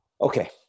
okay